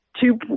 two